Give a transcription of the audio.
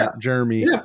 Jeremy